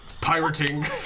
pirating